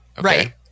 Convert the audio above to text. right